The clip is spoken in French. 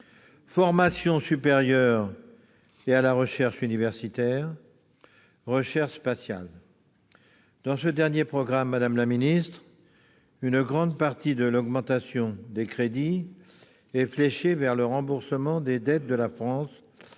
Formations supérieures et recherche universitaire »,« Recherche spatiale ». S'agissant de ce dernier programme, madame la ministre, une grande partie de l'augmentation des crédits est fléchée vers le remboursement des dettes de la France envers